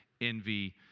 envy